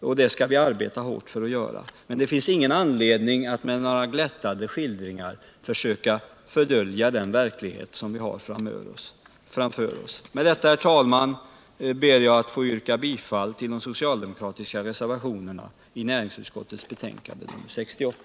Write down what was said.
och det skall vi arbeta hårt för att göra, men det finns ingen anledning att med nägra glättade skildringar försöka dölja den verklighet som vi har framför oss. Med detta, herr talman, ber jag att få yrka bifall till de socialdemokratiska reservationerna vid näringsutskottets betänkande 68.